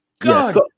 God